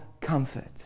comfort